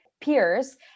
peers